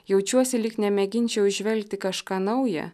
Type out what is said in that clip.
jaučiuosi lyg nemėginčiau įžvelgti kažką nauja